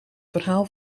verhaal